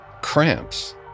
Cramps